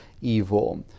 evil